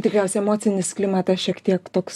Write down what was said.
tikriausiai emocinis klimatas šiek tiek toks